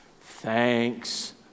Thanks